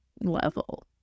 level